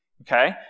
Okay